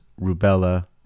rubella